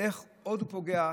איך עוד הוא פוגע?